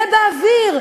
זה באוויר.